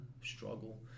struggle